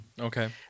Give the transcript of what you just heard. Okay